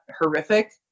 horrific